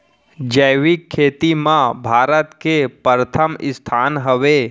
जैविक खेती मा भारत के परथम स्थान हवे